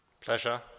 Pleasure